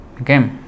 okay